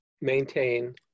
maintain